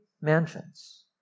Mansions